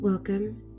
Welcome